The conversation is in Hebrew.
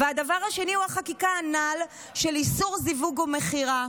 והדבר השני הוא החקיקה הנ"ל של איסור זיווג ומכירה.